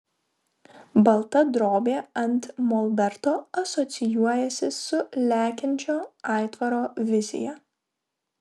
balta drobė ant molberto asocijuojasi su lekiančio aitvaro vizija